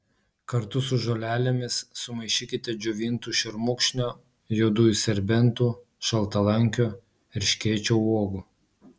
kartu su žolelėmis sumaišykite džiovintų šermukšnio juodųjų serbentų šaltalankio erškėčio uogų